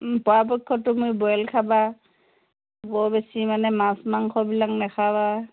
পৰাপক্ষটোত বইল খাবা বৰ বেছি মানে মাছ মাংসবিলাক নেখাবা